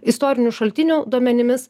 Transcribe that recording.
istorinių šaltinių duomenimis